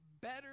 better